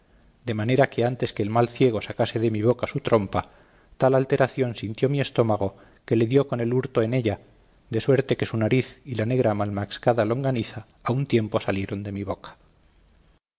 de manera que antes que el mal ciego sacase de mi boca su trompa tal alteración sintió mi estómago que le dio con el hurto en ella de suerte que su nariz y la negra malmaxcada longaniza a un tiempo salieron de mi boca